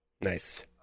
Nice